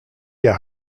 der